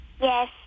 Yes